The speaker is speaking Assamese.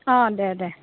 অঁ দে দে